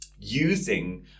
using